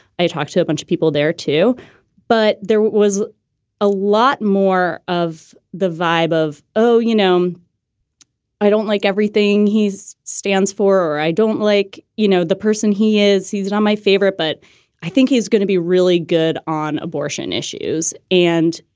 i talked to a bunch of people there, too but there was a lot more of the vibe of, oh, you know, i'm i don't like everything he's stands for or i don't like, you know, the person he is. he's and not my favorite. but i think he's gonna be really good on abortion issues. and,